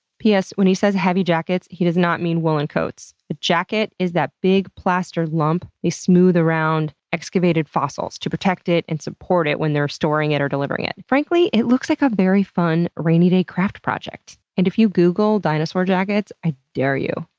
p s, when he says, heavy jackets, he does not mean woolen coats. a jacket is that big plaster lump they smooth around excavated fossils to protect and support it when they're storing or delivering it. frankly, it looks like a very fun, rainy day craft project. and if you google, dinosaur jackets, i dare you,